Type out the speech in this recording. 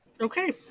Okay